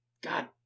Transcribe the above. God